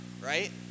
right